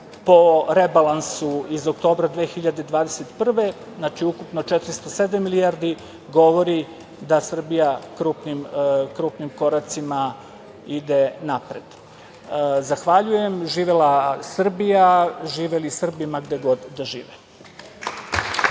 po rebalansu iz oktobra 2021. godine, znači ukupno 407 milijardi, govori da Srbija krupnim koracima ide napred. Zahvaljujem, živela Srbija, živeli Srbi ma gde god da žive!